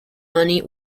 money